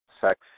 sex